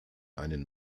einen